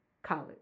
College